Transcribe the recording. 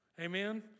Amen